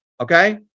Okay